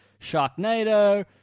Sharknado